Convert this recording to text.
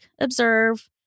observe